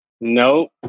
Nope